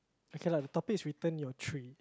okay lah the topic is return your tray